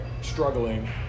struggling